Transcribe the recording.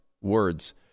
words